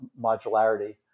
modularity